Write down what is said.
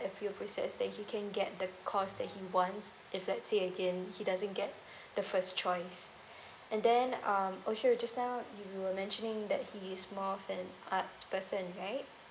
appeal process then he can get the course that he wants if let say again he doesn't get the first choice and then um also just now you were mentioning that he is more of an arts person right